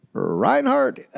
Reinhardt